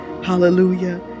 Hallelujah